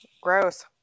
gross